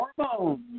hormones